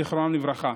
זיכרונם לברכה,